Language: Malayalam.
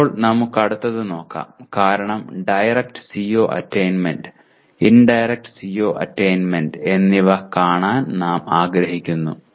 ഇപ്പോൾ നമുക്ക് അടുത്തത് നോക്കാം കാരണം direct CO attainment indirect CO attainment എന്നിവ കാണാൻ നാം ആഗ്രഹിക്കുന്നു